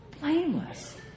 blameless